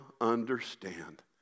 understand